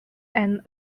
and